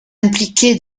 impliqué